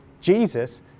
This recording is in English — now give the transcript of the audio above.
Jesus